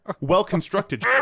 well-constructed